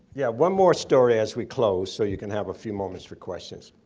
yeah, one more story as we close, so you can have a few moments for questions.